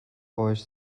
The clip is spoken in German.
euch